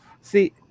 See